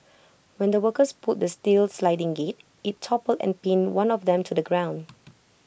when the workers pulled the steel sliding gate IT toppled and pinned one of them to the ground